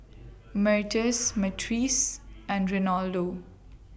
Myrtis Myrtice and Reynaldo